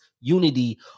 unity